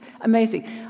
amazing